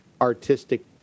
artistic